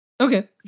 okay